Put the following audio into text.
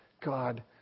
God